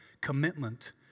commitment